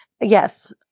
Yes